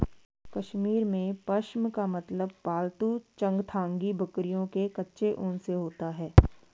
कश्मीर में, पश्म का मतलब पालतू चंगथांगी बकरियों के कच्चे ऊन से होता है